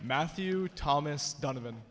matthew thomas donovan